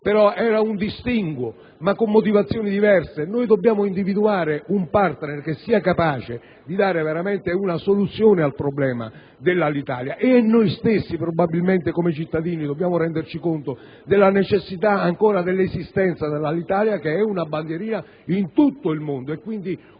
allora con un distinguo e motivazioni diverse. Dobbiamo individuare un partner che sia capace di dare veramente una soluzione al problema dell'Alitalia. Noi stessi, probabilmente, come cittadini, dobbiamo renderci conto della necessità dell'esistenza dell'Alitalia, che è una bandierina piantata in tutto il mondo e che sviluppa